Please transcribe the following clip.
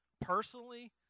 personally